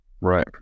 Right